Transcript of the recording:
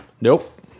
nope